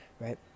right